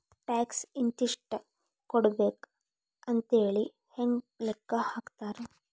Tax ಇಂತಿಷ್ಟ ಕೊಡ್ಬೇಕ್ ಅಂಥೇಳಿ ಹೆಂಗ್ ಲೆಕ್ಕಾ ಹಾಕ್ತಾರ?